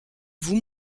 vous